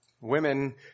Women